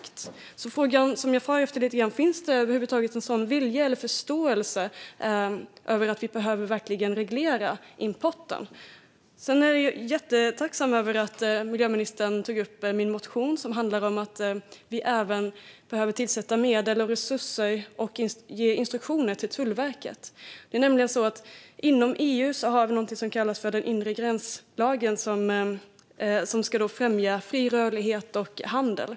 Det jag lite grann far efter är alltså ett svar på frågan om det över huvud taget finns en sådan vilja eller förståelse för att vi behöver reglera importen. Sedan är jag jättetacksam över att miljöministern tog upp min motion om att vi även behöver tillföra medel och resurser samt ge instruktioner till Tullverket. Inom EU har vi nämligen någonting som kallas den inre gränslagen, vilken ska främja fri rörlighet och handel.